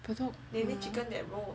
Bedok